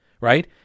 right